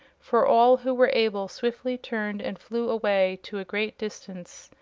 for all who were able swiftly turned and flew away to a great distance.